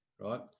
right